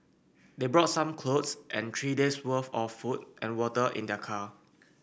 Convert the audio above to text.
they brought some clothes and three days' worth of food and water in their car